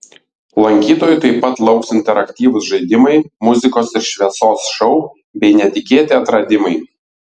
lankytojų taip pat lauks interaktyvūs žaidimai muzikos ir šviesos šou bei netikėti atradimai